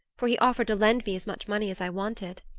for he offered to lend me as much money as i wanted.